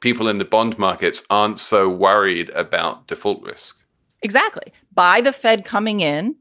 people in the bond markets aren't so worried about default risk exactly. by the fed coming in.